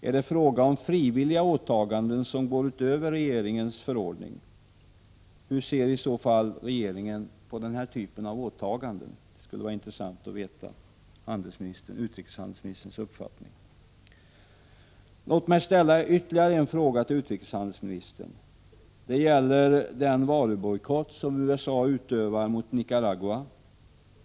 Är det fråga om frivilliga åtaganden, som går utöver regeringens förordning? Hur ser i så fall regeringen på den typen av åtaganden? Det skulle vara intressant att få höra utrikeshandelsministerns uppfattning. Låt mig ställa ytterligare en fråga till utrikeshandelsministern. Det gäller den varubojkott som USA utövar mot Nicaragua.